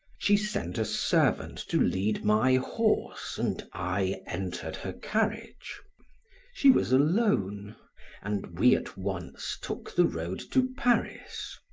she sent a servant to lead my horse and i entered her carriage she was alone and we at once took the road to paris.